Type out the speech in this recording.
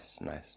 nice